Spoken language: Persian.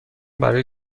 برای